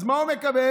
אז מה הוא מקבל?